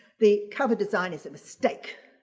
the cover design is a mistake.